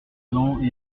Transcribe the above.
dents